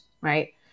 Right